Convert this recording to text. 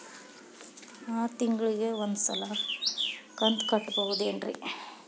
ಆರ ತಿಂಗಳಿಗ ಒಂದ್ ಸಲ ಕಂತ ಕಟ್ಟಬಹುದೇನ್ರಿ?